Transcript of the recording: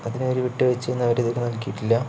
അതിനൊരു വിട്ടുവീഴ്ചയും അവരിതിനു നൽകിയിട്ടില്ല